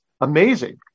amazing